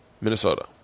Minnesota